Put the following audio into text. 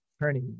attorney